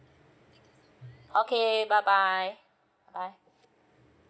okay bye bye bye bye bye